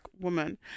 woman